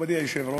מכובדי היושב-ראש,